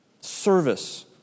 Service